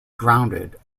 grounded